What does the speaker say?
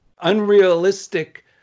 unrealistic